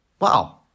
Wow